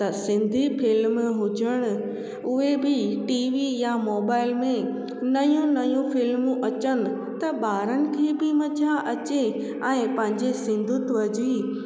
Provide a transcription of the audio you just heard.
त सिंधी फिल्म हुजणु उहे बि टीवी या मोबाइल में नयूं नयूं फिल्मूं अचनि त ॿारनि खे बि मज़ा अचे ऐं पंहिंजे सिंधुत्व जी